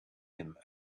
him